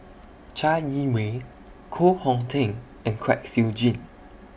Chai Yee Wei Koh Hong Teng and Kwek Siew Jin